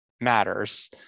matters